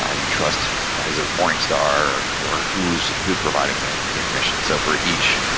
ah you trust, is it morningstar or who's, who's providing the information. so, for each,